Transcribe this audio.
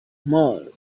mar